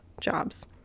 jobs